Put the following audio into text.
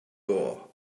door